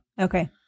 okay